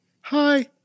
hi